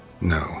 No